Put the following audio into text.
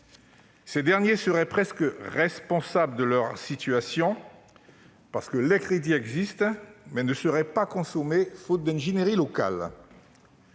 ces derniers seraient presque responsables de leur situation parce que les crédits existent mais ne seraient pas consommés faute d'ingénierie locale.